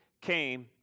came